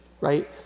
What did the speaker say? right